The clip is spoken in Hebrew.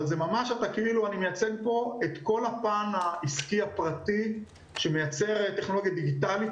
אני מייצג פה את כל הפן העסקי הפרטי שמייצר טכנולוגיה דיגיטלית,